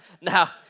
Now